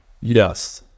Yes